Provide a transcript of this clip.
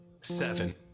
seven